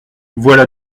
voilà